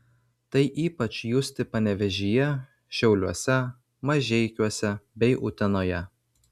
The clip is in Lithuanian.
tai ypač justi panevėžyje šiauliuose mažeikiuose bei utenoje